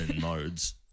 modes